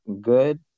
good